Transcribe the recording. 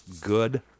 Good